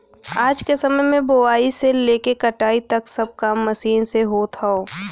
आज के समय में बोआई से लेके कटाई तक सब काम मशीन से होत हौ